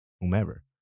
whomever